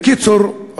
בקיצור,